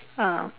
ah